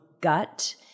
gut